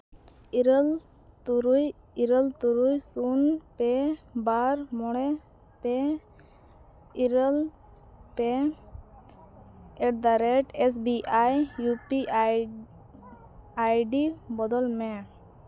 ᱤᱨᱟᱹᱞ ᱛᱩᱨᱩᱭ ᱤᱨᱟᱹᱞ ᱛᱩᱨᱩᱭ ᱥᱩᱱ ᱯᱮ ᱵᱟᱨ ᱢᱚᱬᱮ ᱯᱮ ᱤᱨᱟᱹᱞ ᱯᱮ ᱮᱴᱫᱟᱼᱨᱮᱹᱴ S B I U P I ID ᱵᱚᱫᱚᱞ ᱢᱮ